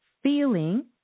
feeling